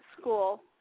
school